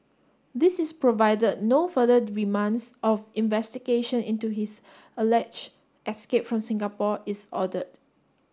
this is provided no further remands of investigation into his alleged escape from Singapore is ordered